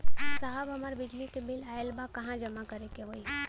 साहब हमार बिजली क बिल ऑयल बा कहाँ जमा करेके होइ?